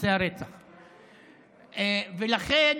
לכן